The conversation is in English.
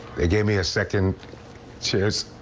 they give me a second chance